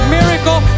miracle